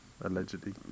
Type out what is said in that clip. allegedly